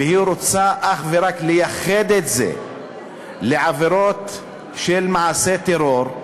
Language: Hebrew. והיא רוצה לייחד את זה אך ורק לעבירות של מעשי טרור.